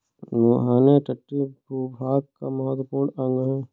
मुहाने तटीय भूभाग का महत्वपूर्ण अंग है